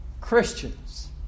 Christians